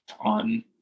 on